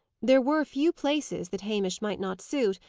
there were few places that hamish might not suit,